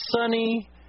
sunny